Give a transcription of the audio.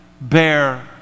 bear